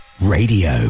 Radio